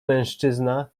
mężczyzna